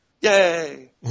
Yay